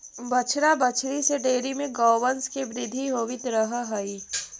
बछड़ा बछड़ी से डेयरी में गौवंश के वृद्धि होवित रह हइ